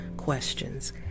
questions